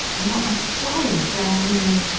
not a soul, sir henry.